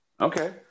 okay